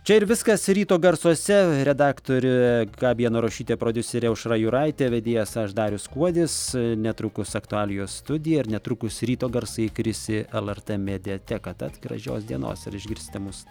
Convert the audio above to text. čia ir viskas ryto garsuose redaktorė gabija narušytė prodiuserė aušra juraitė vedėjas aš darius kuodis netrukus aktualijos studija ir netrukus ryto garsai įkris į lrt mediateką tad gražios dienos ir išgirsite mus